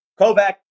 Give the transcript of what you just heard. Kovac